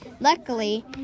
Luckily